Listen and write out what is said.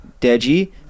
Deji